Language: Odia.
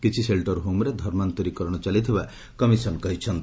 କିଛି ସେଲ୍ଟର ହୋମ୍ରେ ଧର୍ମାନ୍ଡରୀକରଣ ଚାଲିଥିବା କମିଶନ କହିଛନ୍ତି